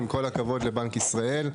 עם כל הכבוד לבנק ישראל,